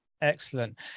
Excellent